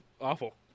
awful